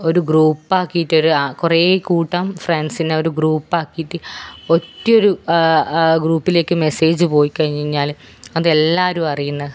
ഒരു ഗ്രൂപ്പാക്കിയിട്ട് ഒരു കുറേ കൂട്ടം ഫ്രണ്ട്സിന് ഒരു ഗ്രൂപ്പാക്കിയിട്ട് ഒറ്റയൊരു ഗ്രൂപ്പിലേക്ക് മെസ്സേജ് പോയി കഴിഞ്ഞു കഴിഞ്ഞാൽ അതെല്ലാവരും അറിയുന്ന